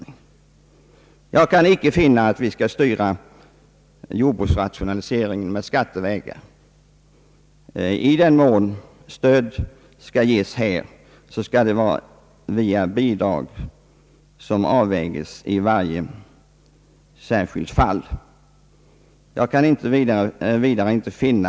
Jag kan, herr talman, icke anse att vi bör styra jordbruksrationaliseringen skattevägen. I den mån stöd skall ges på detta område, bör det vara via bidrag som avvägs i varje särskilt fall. Ett system som redan är introducerat och som vi har mekanism för i lantbruksnämnderna.